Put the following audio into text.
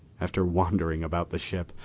after wandering about the ship,